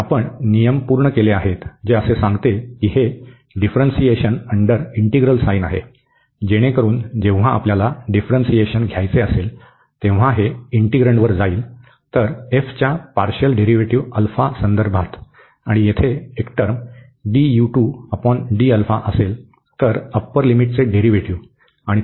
तर आपण नियम पूर्ण केले आहेत जे असे सांगते की हे डिफ्रन्सिएशन अंडर इंटीग्रल साइन आहे जेणेकरून जेव्हा आपल्याला डिफ्रन्सिएशन घ्यायचे असेल तेव्हा हे इन्टीग्रन्डवर जाईल तर f च्या पार्शल डेरीव्हेटिव संदर्भात आणि तेथे एक टर्म असेल तर अप्पर लिमिटचे डेरीव्हेटिव